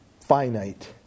finite